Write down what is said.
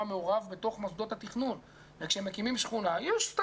מעורב בתוך מוסדות התכנון וכשמקימים שכונה רואים לפי